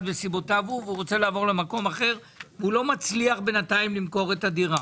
ולא מצליחים בינתיים למכור את הדירה?